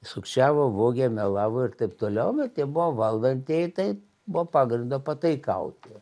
sukčiavo vogė melavo ir taip toliau bet tie buvo valdantieji tai buvo pagrindo pataikauti